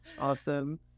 awesome